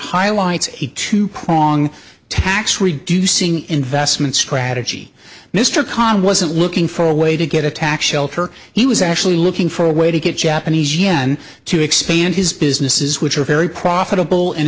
highlights a two prong tax reducing investment strategy mr khan wasn't looking for a way to get a tax shelter he was actually looking for a way to get japanese yen to expand his businesses which are very profitable and